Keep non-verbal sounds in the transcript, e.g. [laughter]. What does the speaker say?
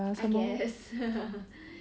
I guess [laughs]